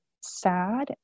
sad